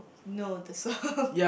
no the song